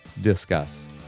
discuss